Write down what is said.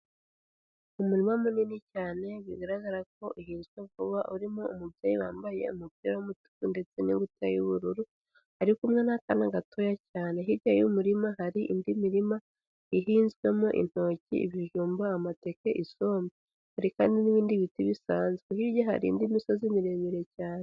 Umurima munini cyane bigaragara ko uhinzwe vuba urimo umubyeyi wambaye umupira w'umutuku ndetse n'ingutiya y'ubururu ari kumwe n'akana gatoya cyane hirya y'umurima hari indi mirima ihinzwemo intoki, ibijumba, amateke, isombe. Hari kandi n'ibindi biti bisanzwe hirya hari indi misozi miremire cyane.